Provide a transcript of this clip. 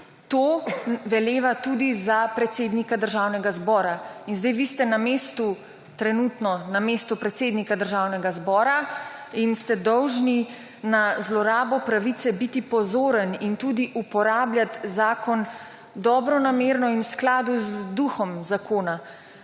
To veleva tudi za predsednika Državnega zbora in sedaj vi ste na mestu trenutno na mestu predsednika Državnega zbora in ste dolžni na zlorabo biti pozoren in tudi uporabljati zakon dobronamerno in v skladu z duhom zakona